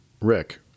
Rick